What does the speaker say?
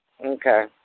Okay